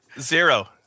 Zero